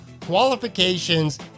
qualifications